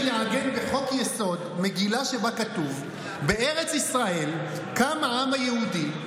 לעגן בחוק-יסוד מגילה שבה כתוב: "בארץ ישראל קם העם היהודי,